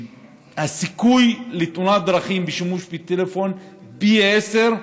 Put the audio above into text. שהסיכוי לתאונת דרכים בשימוש בטלפון הוא פי עשרה